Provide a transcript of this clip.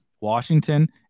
Washington